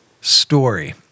story